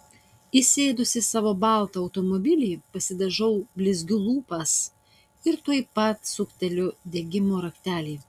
įsėdusi į savo baltą automobilį pasidažau blizgiu lūpas ir tuoj pat sukteliu degimo raktelį